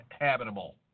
Habitable